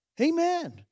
Amen